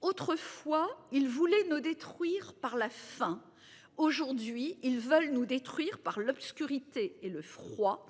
Autrefois, ils voulaient nous détruire par la faim aujourd'hui ils veulent nous détruire par l'obscurité et le froid